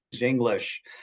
English